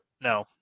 no